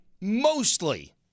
mostly